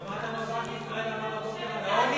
שמעת מה בנק ישראל אמר הבוקר על העוני?